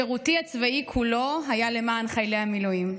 שירותי הצבאי כולו היה למען חיילי המילואים.